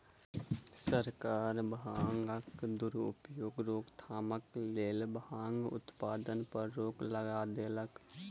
सरकार भांगक दुरुपयोगक रोकथामक लेल भांगक उत्पादन पर रोक लगा देलक